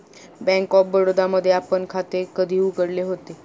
Bank of Baroda मध्ये आपण खाते कधी उघडले होते?